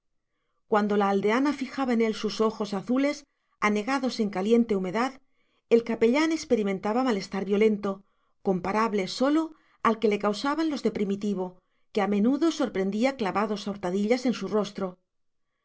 cuando la aldeana fijaba en él sus ojos azules anegados en caliente humedad el capellán experimentaba malestar violento comparable sólo al que le causaban los de primitivo que a menudo sorprendía clavados a hurtadillas en su rostro